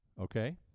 Okay